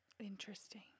Interesting